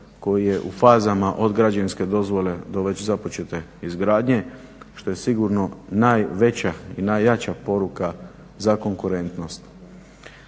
koji je u fazama od građevinske dozvole do već započete izgradnje što je sigurno najveća i najjača poruka za konkurentnost.